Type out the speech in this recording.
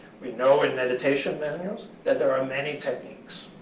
we know in meditation manuals that there are many techniques.